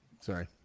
Sorry